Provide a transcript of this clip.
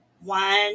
one